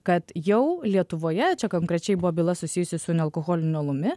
kad jau lietuvoje čia konkrečiai buvo byla susijusi su nealkoholiniu alumi